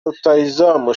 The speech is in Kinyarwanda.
rutahizamu